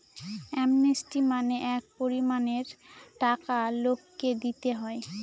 amnesty মানে এক পরিমানের টাকা লোককে দিতে হয়